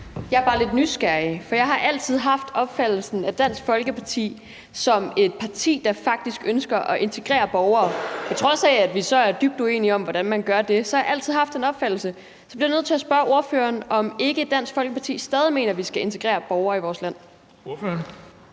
Jeg er bare lidt nysgerrig, for jeg har altid haft opfattelsen af Dansk Folkeparti som et parti, der faktisk ønsker at integrere borgere. På trods af at vi så er dybt uenige om, hvordan man gør det, så har jeg altid haft den opfattelse. Så jeg bliver nødt til spørge ordføreren, om ikke Dansk Folkeparti stadig mener, at vi skal integrere borgere i vores land. Kl.